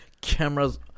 cameras